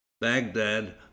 Baghdad